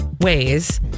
ways